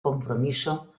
compromiso